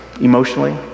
emotionally